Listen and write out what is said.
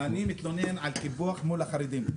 אני מתלונן על קיפוח מול החרדים.